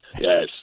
Yes